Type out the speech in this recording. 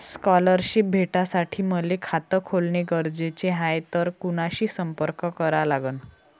Scholarship भेटासाठी मले खात खोलने गरजेचे हाय तर कुणाशी संपर्क करा लागन?